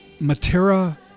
Matera